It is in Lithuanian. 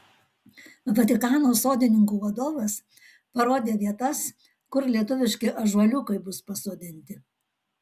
vatikano sodininkų vadovas parodė vietas kur lietuviški ąžuoliukai bus pasodinti